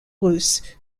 russe